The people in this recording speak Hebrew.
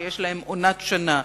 שיש להם עונת שנה.